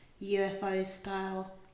UFO-style